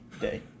day